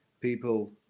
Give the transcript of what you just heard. people